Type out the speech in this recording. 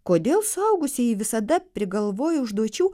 kodėl suaugusieji visada prigalvoja užduočių